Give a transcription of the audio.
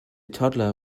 toddler